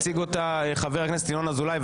יציג חבר הכנסת ינון אזולאי.